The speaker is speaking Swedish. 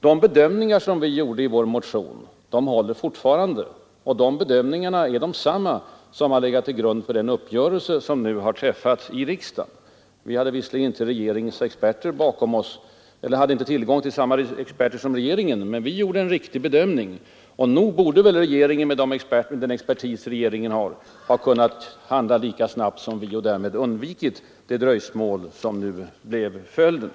De bedömningar som vi gjorde i vår motion håller fortfarande, och de bedömningarna är desamma som de som har legat till grund för den uppgörelse som nu har träffats i finansutskottet. Vi hade visserligen inte tillgång till samma experter som regeringen, men vi gjorde en riktig bedömning. Nog borde väl regeringen, med den expertis regeringen har, ha kunnat handla lika snabbt som vi och därmed kunnat undvika det dröjsmål som nu blev följden.